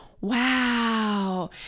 wow